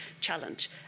challenge